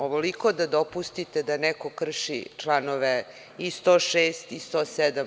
Ovoliko da dopustite da neko krši članove i 106, i 107.